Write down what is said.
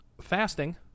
fasting